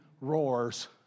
roars